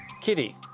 Kitty